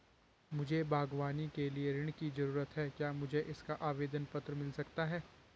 मुझे बागवानी के लिए ऋण की ज़रूरत है क्या मुझे इसका आवेदन पत्र मिल सकता है?